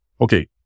okay